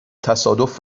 تصادف